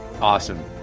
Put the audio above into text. Awesome